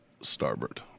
starboard